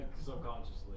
subconsciously